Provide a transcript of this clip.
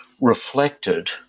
reflected